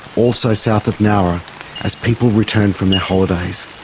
also south of nowra as people returned from their holidays.